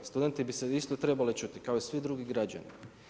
Studenti bi se isto trebali čuti kao i svi drugi građani.